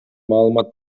маалымат